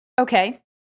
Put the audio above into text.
Okay